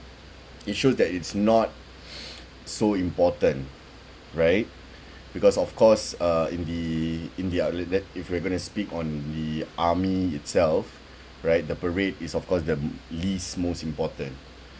it shows that it's not so important right because of course uh in the in the if we're going to speak on the army itself right the parade is of course the least most important